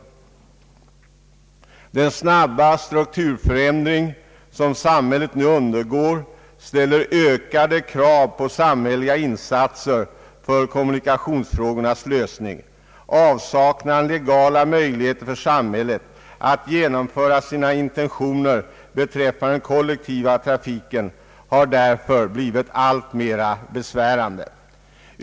Den snabba struktuförändring som samhället nu undergår ställer ökade krav på samhälleliga insatser för kommunikationsfrågornas lösning. Avsaknaden av legala möjligheter för samhället att genomföra sina intentioner beträffande den kollektiva trafiken har därför blivit alltmer besvärande.